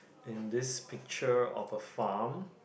in this picture of a farm